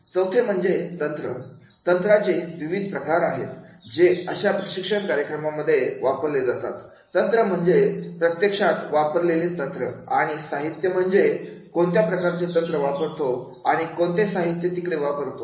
चौथे म्हणजे तंत्र तंत्राचे विविध प्रकार आहेत जे अशा प्रशिक्षण कार्यक्रमांमध्ये वापरले जातात तंत्र म्हणजे प्रत्यक्षात वापरलेले तंत्र आणि साहित्य म्हणजेच कोणत्या प्रकारचे तंत्र वापरतो आणि कोणते साहित्य तिकडे वापरतो